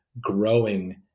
growing